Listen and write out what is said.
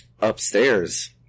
upstairs